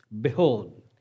Behold